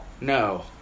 No